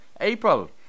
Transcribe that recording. April